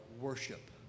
worship